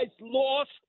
lost